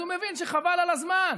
אז הוא מבין שחבל על הזמן.